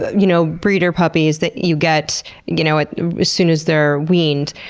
you know, breeder puppies that you get you know ah as soon as they're weaned?